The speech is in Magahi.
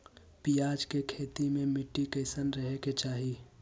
प्याज के खेती मे मिट्टी कैसन रहे के चाही?